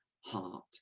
heart